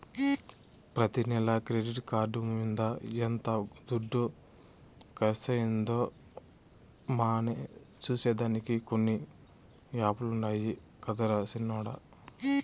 ప్రతి నెల credit card మింద ఎంత దుడ్డు కర్సయిందో సూసే దానికి కొన్ని యాపులుండాయి గదరా సిన్నోడ